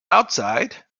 outside